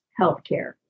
healthcare